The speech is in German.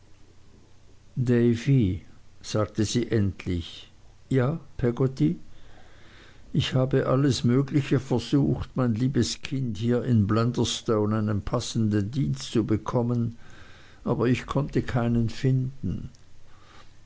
davy sagte sie endlich ja peggotty ich habe alles mögliche versucht mein liebes kind hier in blunderstone einen passenden dienst zu bekommen aber ich konnte keinen finden